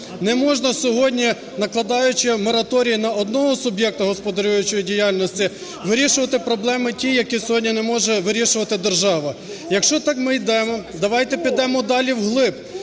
Не можна сьогодні, накладаючи мораторій на одного суб'єкта господарюючої діяльності, вирішувати проблеми ті, які сьогодні не може вирішувати держава. Якщо так ми йдемо, давайте підемо далі вглиб.